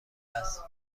است